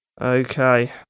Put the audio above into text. Okay